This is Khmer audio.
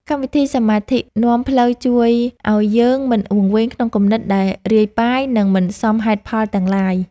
កម្មវិធីសមាធិនាំផ្លូវជួយឱ្យយើងមិនវង្វេងក្នុងគំនិតដែលរាយប៉ាយ និង មិនសមហេតុផលទាំងឡាយ។